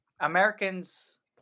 Americans